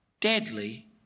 deadly